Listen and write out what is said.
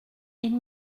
ils